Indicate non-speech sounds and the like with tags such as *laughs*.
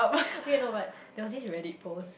*laughs* K no but there was this Reddit post